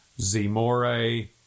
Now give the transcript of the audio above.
zimore